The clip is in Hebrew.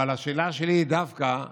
אבל השאלה שלי היא דווקא כעת,